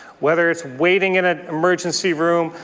whether it's waiting in an emergency room,